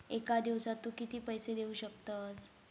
एका दिवसात तू किती पैसे देऊ शकतस?